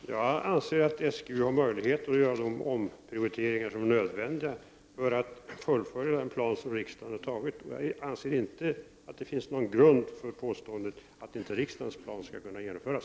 Herr talman! Jag anser att SGU har möjligheter att göra de omprioriteringar som är nödvändiga för att fullfölja den plan som riksdagen har antagit. Jag anser inte att det finns grund för påståendet att riksdagens plan inte skall kunna genomföras.